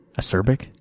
Acerbic